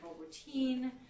routine